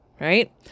right